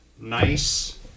nice